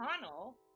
Connell